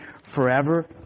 forever